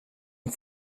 and